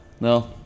No